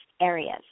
areas